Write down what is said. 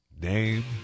name